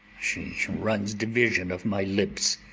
she runs division of my lips.